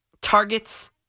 Targets